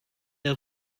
der